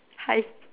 hi